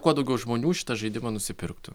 kuo daugiau žmonių šitą žaidimą nusipirktų